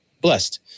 blessed